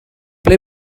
ble